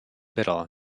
biddle